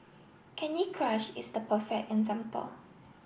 Candy Crush is the perfect example